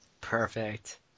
Perfect